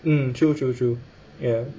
mm true true true ya